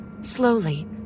slowly